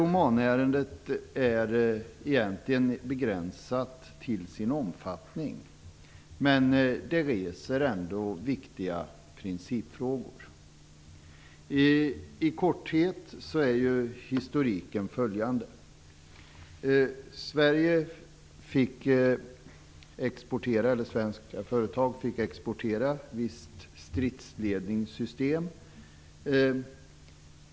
Omanärendet är begränsat till sin omfattning, men det reser ändå viktiga principfrågor. I korthet säger historiken följande. Svenska företag fick exportera ett visst stridsledningssystem.